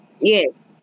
yes